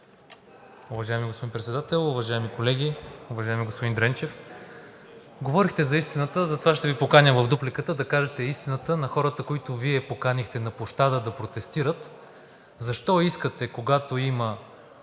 Уважаеми господин Председател, уважаеми колеги! Уважаеми господин Дренчев, говорихте за истината и затова ще Ви поканя в дуплика да кажете истината на хората, които Вие поканихте на площада да протестират, защо искате, когато има